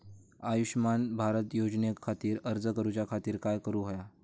आयुष्यमान भारत योजने खातिर अर्ज करूच्या खातिर काय करुक होया?